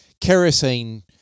kerosene